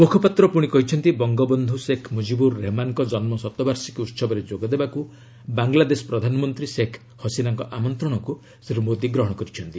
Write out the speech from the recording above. ମୁଖପାତ୍ର ପୁଣି କହିଛନ୍ତି ବଙ୍ଗବନ୍ଧୁ ଶେଖ୍ ମୁଜିବୁର ରେହେମାନଙ୍କ ଜନ୍ମ ଶତବାର୍ଷିକୀ ଉହବରେ ଯୋଗଦେବାକୁ ବାଙ୍ଗଲାଦେଶ ପ୍ରଧାନମନ୍ତ୍ରୀ ଶେଖ୍ ହସିନାଙ୍କ ଆମନ୍ତ୍ରଣକୁ ଶ୍ରୀ ମୋଦୀ ଗ୍ରହଣ କରିଛନ୍ତି